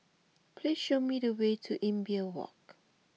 please show me the way to Imbiah Walk